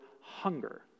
hunger